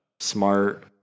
Smart